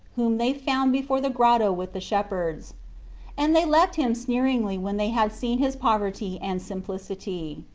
whom they found before the grotto with the shepherds and they left him sneeringly when they had seen his poverty and simplicity.